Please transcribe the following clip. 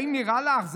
האם נראה לך?